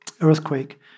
earthquake